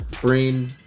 Brain